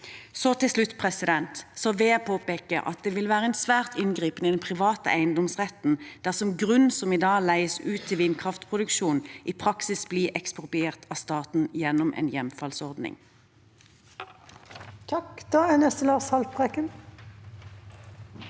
Til slutt vil jeg påpeke at det vil være svært inngripende i den private eiendomsretten dersom grunn som i dag leies ut til vindkraftproduksjon, i praksis blir ekspropriert av staten gjennom en hjemfallsordning. Lars Haltbrekken